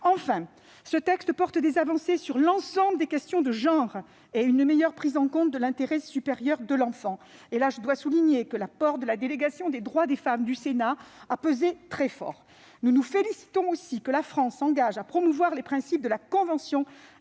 Enfin, ce texte comprend des avancées sur l'ensemble des questions de genre et sur une meilleure prise en compte de l'intérêt supérieur de l'enfant. Je dois souligner le rôle très important joué par la délégation aux droits des femmes du Sénat à cet égard. Nous nous félicitons aussi que la France s'engage à promouvoir les principes de la convention